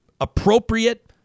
appropriate